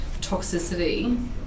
toxicity